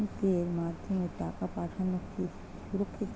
ভিম পের মাধ্যমে টাকা পাঠানো কি সুরক্ষিত?